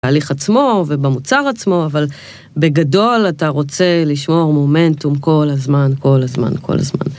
תהליך עצמו ובמוצר עצמו, אבל בגדול אתה רוצה לשמור מומנטום כל הזמן, כל הזמן, כל הזמן.